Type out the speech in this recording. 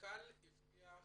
והוא הבטיח